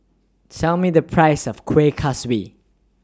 Tell Me The Price of Kueh Kaswi